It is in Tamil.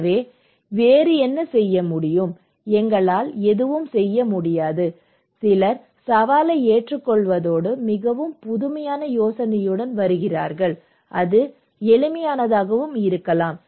எனவே வேறு என்ன செய்ய முடியும் எங்களால் எதுவும் செய்ய முடியாது சிலர் சவாலை ஏற்றுக்கொள்வதோடு மிகவும் புதுமையான யோசனையுடன் வருகிறார்கள் அது எளிமையானதாக இருக்கலாம்